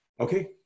Okay